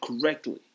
correctly